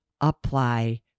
apply